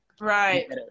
right